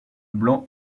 blanc